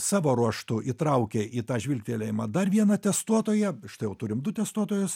savo ruožtu įtraukė į tą žvilgtelėjimą dar vieną testuotoją štai jau turim du testuotojus